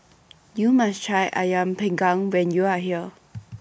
YOU must Try Ayam Panggang when YOU Are here